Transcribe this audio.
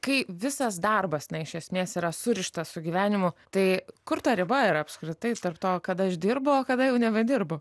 kai visas darbas na iš esmės yra surištas su gyvenimu tai kur ta riba yra apskritai tarp to kada aš dirbu o kada jau nebedirbu